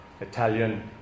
Italian